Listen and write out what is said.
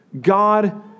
God